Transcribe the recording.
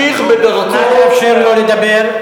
לאירועי אוקטובר, נא לאפשר לו לדבר.